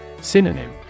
Synonym